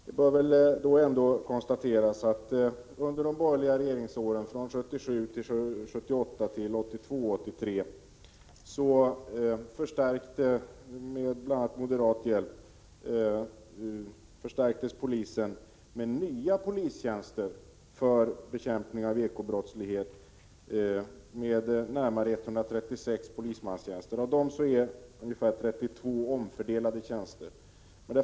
Det bör väl ändå konstateras att under de borgerliga regeringsåren, 1977 83, fick polisen — bl.a. tack vare moderaterna -— en förstärkning i form av nya polistjänster just för bekämpningen av ekobrottsligheten. Det gäller närmare 136 polismanstjänster, av vilka ungefär 32 är omfördelade tjänster.